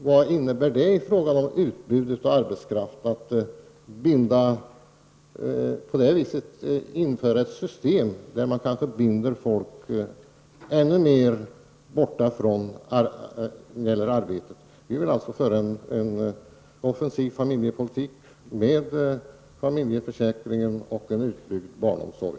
Vad innebär då det i fråga om utbudet av arbetskraft, om man inför ett system där folk kanske binds ännu mer utanför arbetet? Vi vill alltså föra en offensiv familjepolitik med familjeförsäkringen och en utbyggd barnomsorg.